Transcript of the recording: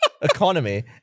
Economy